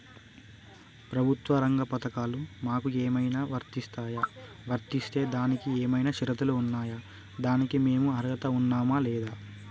ప్రభుత్వ రంగ పథకాలు మాకు ఏమైనా వర్తిస్తాయా? వర్తిస్తే దానికి ఏమైనా షరతులు ఉన్నాయా? దానికి మేము అర్హత ఉన్నామా లేదా?